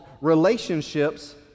relationships